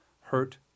Hurt